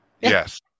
Yes